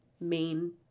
main